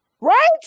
Right